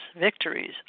victories